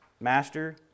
master